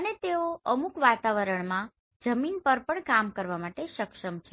અને તેઓ અમુક વાતાવરણમાં જમીન પર પણ કામ કરવા માટે સક્ષમ છે